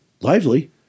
lively